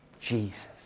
Jesus